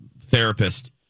therapist